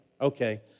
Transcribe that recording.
Okay